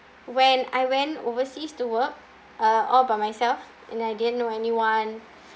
when I went overseas to work uh all by myself and I didn't know anyone